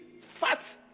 fat